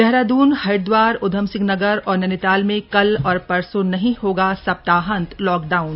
देहरादून हरिद्वार उधमसिंह नगर और नैनीताल में कल और परसो नहीं होगा सप्ताहांत लॉकडाउन